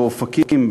באופקים,